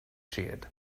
shed